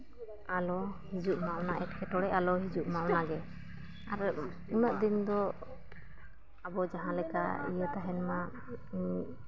ᱟᱞᱚ ᱦᱤᱡᱩᱜ ᱢᱟ ᱚᱱᱟ ᱮᱸᱴᱠᱮᱴᱚᱬᱮ ᱟᱞᱚ ᱦᱤᱡᱩᱜ ᱢᱟ ᱚᱱᱟ ᱜᱮ ᱟᱨ ᱩᱱᱟᱹᱜ ᱫᱤᱱ ᱫᱚ ᱟᱵᱚ ᱡᱟᱦᱟᱸ ᱞᱮᱠᱟ ᱤᱭᱟᱹ ᱛᱟᱦᱮᱱᱢᱟ